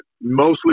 mostly